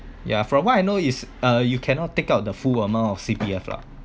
yeah from what I know is uh you cannot take out the full amount of C_P_F lah